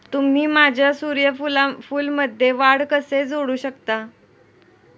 तुम्ही माझ्या सूर्यफूलमध्ये वाढ कसे जोडू शकता?